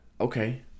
Okay